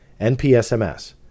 NPSMS